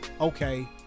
okay